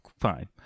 fine